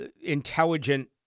intelligent